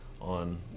on